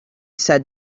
said